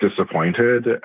disappointed